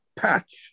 patch